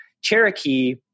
Cherokee